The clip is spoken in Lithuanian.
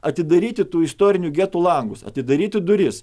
atidaryti tų istorinių getų langus atidaryti duris